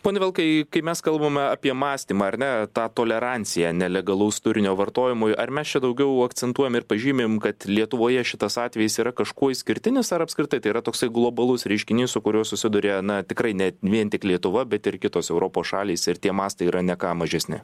pone vilkai kai mes kalbame apie mąstymą ar ne ta toleranciją nelegalaus turinio vartojimui ar mes čia daugiau akcentuojam ir pažymim kad lietuvoje šitas atvejis yra kažkuo išskirtinis ar apskritai tai yra toksai globalus reiškinys su kuriuo susiduria na tikrai ne vien tik lietuva bet ir kitos europos šalys ir tie mastai yra ne ką mažesni